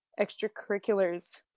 extracurriculars